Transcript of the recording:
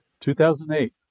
2008